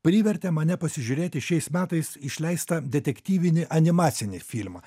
privertė mane pasižiūrėti šiais metais išleistą detektyvinį animacinį filmą